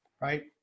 right